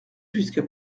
jusqu’à